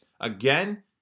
again